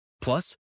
Plus